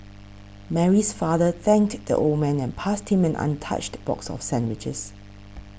Mary's father thanked the old man and passed him an untouched box of sandwiches